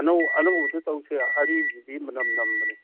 ꯑꯅꯧꯕꯗꯨ ꯇꯧꯁꯦ ꯑꯔꯤꯕꯗꯨꯗꯤ ꯃꯅꯝ ꯅꯝꯕꯅꯦ